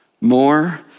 More